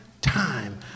time